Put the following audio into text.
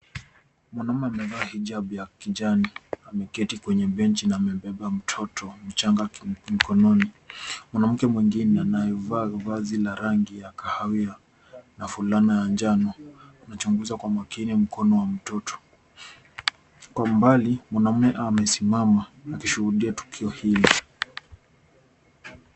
Mwanaume amevaa hijabu ya kijani ameketi kwenye benchi na amebeba mtoto mchanga mkononi. Mwanamke mwingine anyevaa vazi lenye rangi ya kahawia na fulana ya njano anachunguza kwa makini mkono wa mtoto. Kwa umbali, mwanaume amesimama akishuhudia tukio hili.